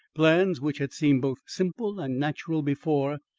plans which had seemed both simple and natural before,